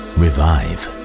revive